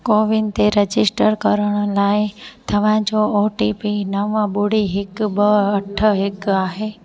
CoWIN ते register करण लाइ तव्हांजो ओटीपी नव ॿुड़ी हिकु ॿ अठ हिकु आहे